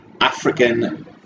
African